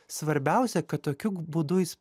svarbiausia kad tokiu būdu jis